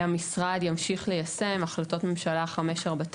המשרד ימשיך ליישם החלטות ממשלה 549,